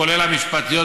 כולל המשפטיות,